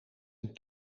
een